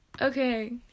Okay